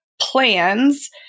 plans